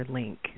link